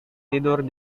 tidur